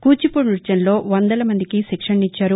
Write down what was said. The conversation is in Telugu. కూచిపూడి న్బత్యంలో వందల మందికి శిక్షణనిచ్చారు